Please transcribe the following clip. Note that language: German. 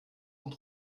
und